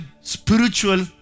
spiritual